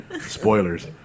Spoilers